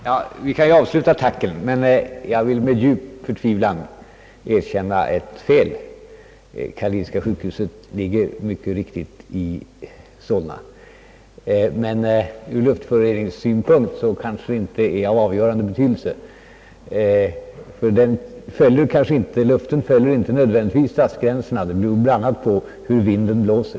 Herr talman! Vi kan avsluta tackandet. Jag vill med djup förtvivlan erkänna ett fel. Karolinska sjukhuset ligger mycket riktigt i Solna. Ur luftföroreningssynpunkt är väl inte detta av avgörande betydelse. Luften följer inte nödvändigtvis stadsgränserna. Det beror bl.a. på hur vinden blåser.